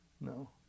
No